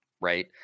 Right